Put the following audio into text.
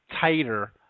tighter